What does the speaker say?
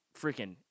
freaking